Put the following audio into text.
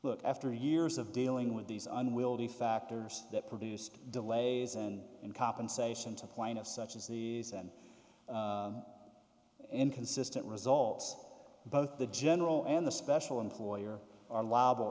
look after years of dealing with these unwieldy factors that produced delays and in compensation to the point of such as these and inconsistent results both the general and the special employer are labile